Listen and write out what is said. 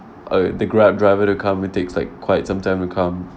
uh the Grab driver to come it takes like quite some time to come